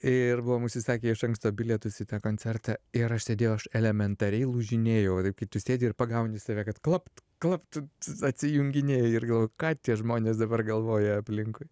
ir buvom užsisakę iš anksto bilietus į tą koncertą ir aš sėdėjau aš elementariai lūžinėjau va taip kiti sėdi ir pagauni save kad klapt klapt at atsijunginėji ir ką tie žmonės dabar galvoja aplinkui